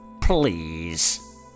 please